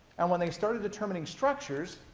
and when they started determining structures,